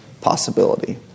possibility